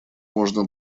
можно